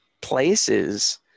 places